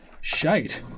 Shite